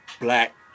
Black